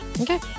Okay